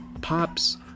pops